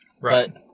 Right